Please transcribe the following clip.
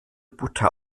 butter